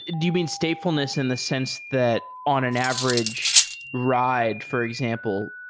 do you mean statefullness in the sense that on an average ride, for example,